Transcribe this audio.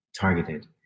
targeted